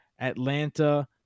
Atlanta